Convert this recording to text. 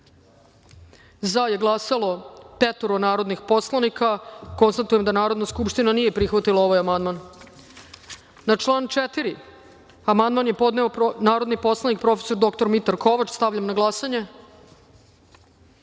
za je glasalo petoro narodnih poslanika. Konstatujem da Narodna skupština nije prihvatila ovaj amandman. Na član 4. amandman je podneo narodni poslanik prof. dr Mitar Kovač. Stavljam na glasanje